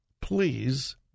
please